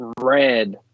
red